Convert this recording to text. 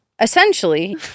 Essentially